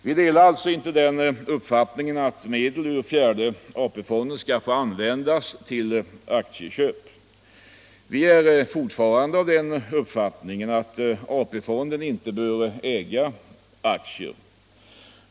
Vi delar alltså inte uppfattningen att medel ur fjärde AP-fonden skall få användas för aktieköp. Vi är fortfarande av den meningen att AP fonden inte bör äga aktier.